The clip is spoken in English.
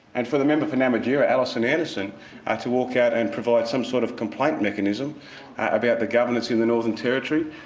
and for the member for namatjira namatjira alison anderson ah to walk out and provide some sort of complaint mechanism about the governance in the northern territory,